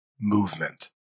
movement